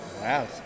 Wow